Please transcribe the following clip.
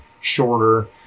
shorter